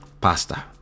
pasta